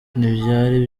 ntibyari